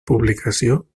publicació